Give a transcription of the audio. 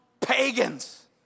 Pagans